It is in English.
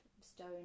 stone